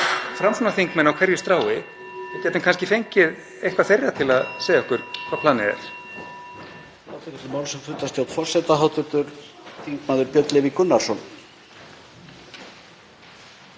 Framsóknarþingmenn á hverju strái. Við getum kannski fengið eitthvert þeirra til að segja okkur hvert planið er.